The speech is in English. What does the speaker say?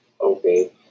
Okay